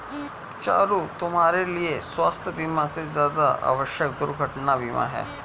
चारु, तुम्हारे लिए स्वास्थ बीमा से ज्यादा आवश्यक दुर्घटना बीमा है